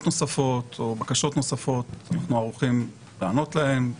נוספות או בקשות נוספות אנחנו ערוכים לענות להן.